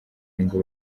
ngo